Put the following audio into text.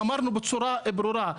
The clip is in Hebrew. ואמרנו בצורה ברורה,